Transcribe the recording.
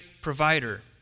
provider